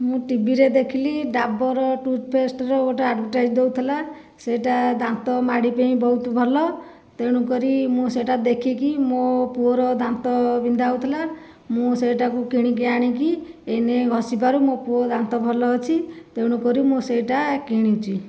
ମୁଁ ଟିଭିରେ ଦେଖିଲି ଡାବର ଟୁଥପେଷ୍ଟର ଗୋଟିଏ ଆଡ଼ଭାଟାଇଜ ଦେଉଥିଲା ସେଇଟା ଦାନ୍ତ ମାଡ଼ି ପାଇଁ ବହୁତ ଭଲ ତେଣୁକରି ମୁଁ ସେଇଟା ଦେଖିକି ମୋ ପୁଅର ଦାନ୍ତ ବିନ୍ଧା ହେଉଥିଲା ମୁଁ ସେଇଟାକୁ କିଣିକି ଆଣିକି ଏଇନେ ଘଷିବାରୁ ମୋ ପୁଅ ଦାନ୍ତ ଭଲ ଅଛି ତେଣୁକରି ମୁଁ ସେଇଟା କିଣିଛି